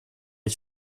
ich